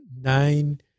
nine